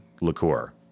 liqueur